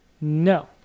No